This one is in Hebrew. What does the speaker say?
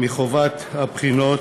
מחובת הבחינות,